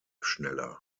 schneller